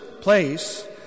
place